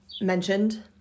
mentioned